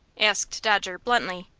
asked dodger, bluntly.